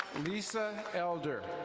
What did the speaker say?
lisa elder.